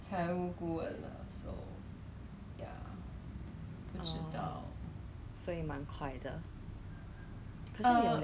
okay why you quit ah now now very hard to find job leh so many people lost their job then you suddenly quit ah